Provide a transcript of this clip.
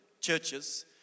churches